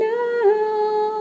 now